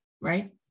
right